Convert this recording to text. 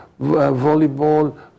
volleyball